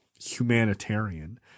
humanitarian